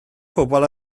pobl